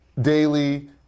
daily